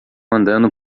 andando